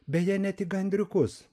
beje ne tik gandriukus